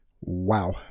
Wow